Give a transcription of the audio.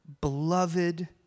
beloved